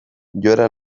joera